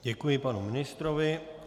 Děkuji panu ministrovi.